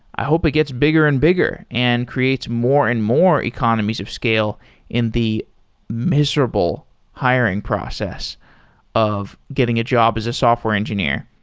i hope it gets bigger and bigger and creates more and more economies of scale in the miserable hiring process of getting a job as a software engineer.